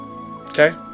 Okay